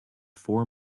four